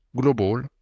global